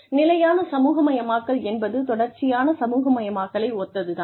நிலையான சமூகமயமாக்கல் என்பது தொடர்ச்சியான சமூகமயமாக்கலை ஒத்தது தான்